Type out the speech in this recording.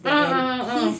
ah ah ah ah